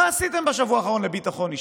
מה עשיתם בשבוע האחרון לביטחון אישי?